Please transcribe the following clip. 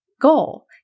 goal